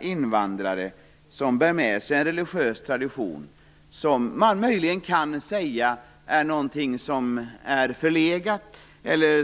invandrare som bär med sig en religiös tradition. Man kan kanske säga att detta är någonting som är förlegat.